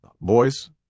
boys